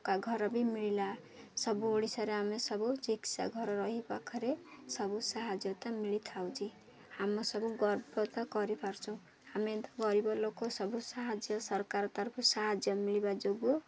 ଘର ବି ମିଳିଲା ସବୁ ଓଡ଼ିଶାରେ ଆମେ ସବୁ ଚିକିତ୍ସା ଘର ରହି ପାଖରେ ସବୁ ସାହାଯ୍ୟତା ମିଳିଥାଉଛି ଆମ ସବୁ ଗର୍ବ କରିପାରୁଛୁ ଆମେ ଗରିବ ଲୋକ ସବୁ ସାହାଯ୍ୟ ସରକାର ତରଫରୁ ସାହାଯ୍ୟ ମିଳିବା ଯୋଗୁଁ